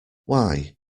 why